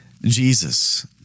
Jesus